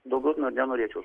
daugiau nenorėčiau